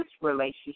relationship